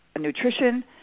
nutrition